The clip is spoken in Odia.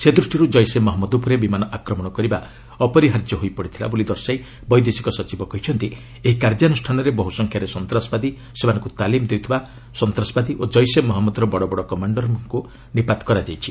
ସେ ଦୃଷ୍ଟିରୁ ଜୈସେ ମହମ୍ମଦ ଉପରେ ବିମାନ ଆକ୍ରମଣ କରିବା ଅପରିହାର୍ଯ୍ୟ ହୋଇପଡ଼ିଥିଲା ବୋଲି ଦର୍ଶାଇ ବୈଦେଶିକ ସଚିବ କହିଛନ୍ତି ଏହି କାର୍ଯ୍ୟାନୁଷ୍ଠାନରେ ବହୁ ସଂଖ୍ୟାରେ ସନ୍ତାସବାଦୀ ସେମାନଙ୍କୁ ତାଲିମ୍ ଦେଉଥିବା ସନ୍ତାସବାଦୀ ଓ ଜୈସେ ମହଞ୍ମଦର ବଡ଼ ବଡ଼ କମାଣ୍ଡରମାନଙ୍କୁ ନିପାତ କରାଯାଇଛି